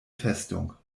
festung